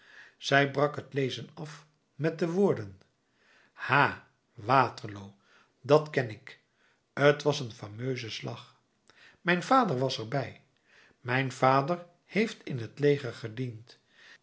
zij brak t lezen af met de woorden ha waterloo dat ken ik t was een fameuze slag mijn vader was er bij mijn vader heeft in t leger gediend